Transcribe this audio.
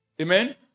Amen